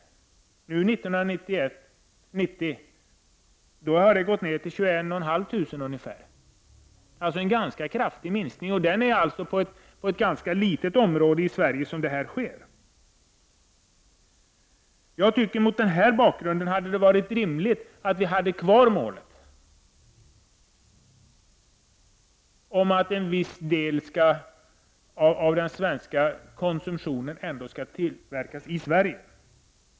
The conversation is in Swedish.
1990 har den siffran gått ner till ungefär 21 500. Det är alltså en ganska kraftig minskning, och det är på ett litet område i Sverige som detta sker. Mot den här bakgrunden hade det varit rimligt att ha kvar målet om att en viss del av den svenska konsumtionen skall tillverkas i Sverige.